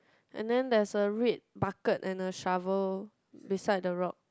and then there is a red bucket and a shovel beside the rock